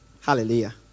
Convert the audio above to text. Hallelujah